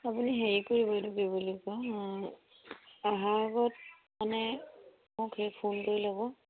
আপুনি হেৰি কৰিব এইটো কি বুলি কয় অহাৰ আগত মানে মোক সেই ফোন কৰি ল'ব